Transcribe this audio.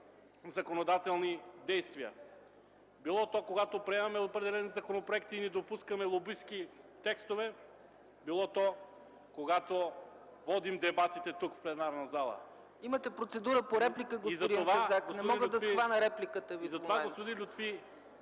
законодателни действия, било то, когато приемаме определен законопроект и не допускаме лобистки текстове, било то когато водим дебатите тук в пленарната зала. ПРЕДСЕДАТЕЛ ЦЕЦКА ЦАЧЕВА: Имате процедура по реплика, господин Казак. Не мога да схвана репликата Ви до момента.